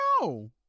no